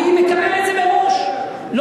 אני מקבל את זה מראש, בסדר.